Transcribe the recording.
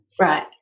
Right